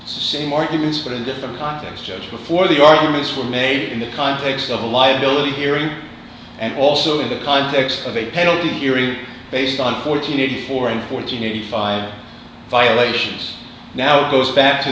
see the same arguments but in different contexts just before the arguments were made in the context of a liability hearing and also in the context of a penalty hearing based on fourteen eighty four and fourteen eighty five violations now goes back to